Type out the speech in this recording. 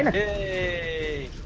a